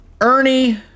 Ernie